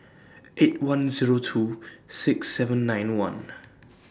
eight one Zero two six seven nine one